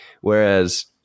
whereas